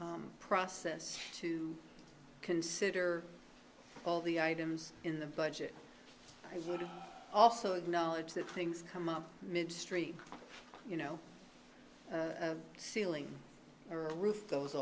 l process to consider all the items in the budget i would also acknowledge that things come up ministry you know a ceiling or a roof goes